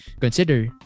consider